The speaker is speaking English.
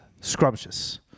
Scrumptious